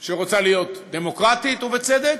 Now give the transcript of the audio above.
שרוצה להיות דמוקרטית, ובצדק,